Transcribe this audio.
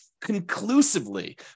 conclusively